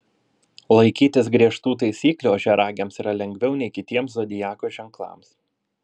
laikytis griežtų taisyklių ožiaragiams yra lengviau nei kitiems zodiako ženklams